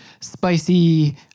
spicy